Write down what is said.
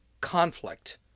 conflict